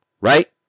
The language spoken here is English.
Right